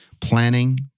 Planning